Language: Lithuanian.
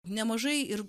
nemažai ir